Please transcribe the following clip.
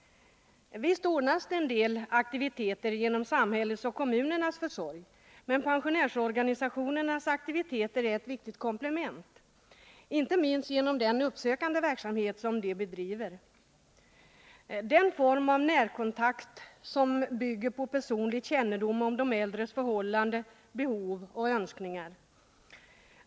Visst ordnas det en del aktiviteter genom samhällets och kommunernas försorg, men pensionärsorganisationernas aktiviteter är ett viktigt komplement, inte minst genom den uppsökande verksamhet som pensionärsorganisationerna bedriver. Denna form av närkontakt bygger på personlig kännedom om de äldres förhållanden, behov och önskningar.